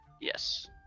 yes